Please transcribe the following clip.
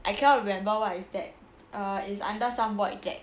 I cannot remember what is that uhh is under some void deck